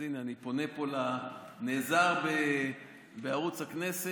אז הינה, אני פונה פה, ונעזר בערוץ הכנסת.